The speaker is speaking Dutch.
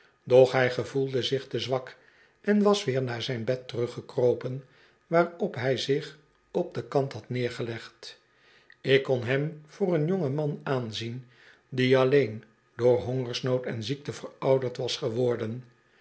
doch hij gevoelde zich te zwak en was weer naar zijn bed teruggekropen waarop hij zich op den kant had neergelegd ik kon hem voor een jongen man aanzien die alleen door hongersnood en ziekte verouderd was geworden